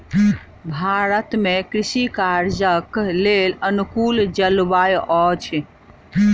भारत में कृषि कार्यक लेल अनुकूल जलवायु अछि